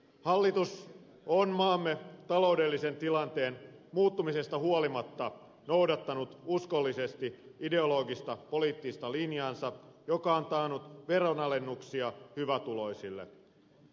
hallitus on maamme taloudellisen tilanteen muuttumisesta huolimatta noudattanut uskollisesti ideologista poliittista linjaansa joka on taannut veronalennuksia hyvätuloisille